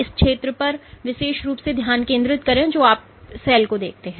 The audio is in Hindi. इस क्षेत्र पर विशेष रूप से ध्यान केंद्रित करें जो आप सेल को देखते हैं